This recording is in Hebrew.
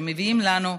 שמביאים לנו,